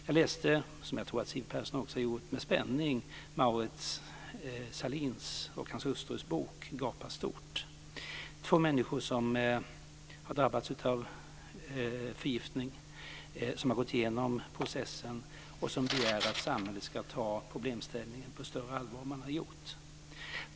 Jag läste, som jag också tror att Siw Persson har gjort, med spänning Mauritz Sahlins och hans hustrus bok Gapa stort. Det är två människor som har drabbats av förgiftning, som har gått igenom processen och som begär att samhället ska ta problemställningen på större allvar än vad som har gjorts.